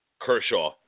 Kershaw